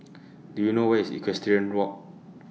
Do YOU know Where IS Equestrian Walk